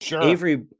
Avery